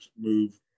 move